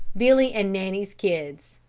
billy and nanny's kids.